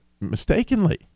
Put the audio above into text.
mistakenly